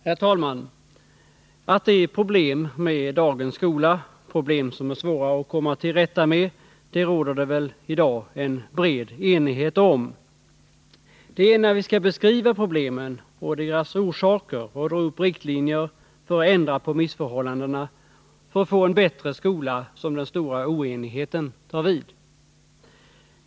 Herr talman! Att det är problem med dagens skola, problem som är svåra att komma till rätta med, råder det väl i dag en bred enighet om. Det är när vi skall beskriva problemen och deras orsaker och dra upp riktlinjer för att ändra på missförhållandena i syfte att få en bättre skola som den stora oenigheten tar vid.